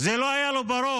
זה לא היה לו בראש.